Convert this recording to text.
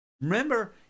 Remember